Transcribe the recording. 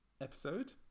episode